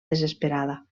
desesperada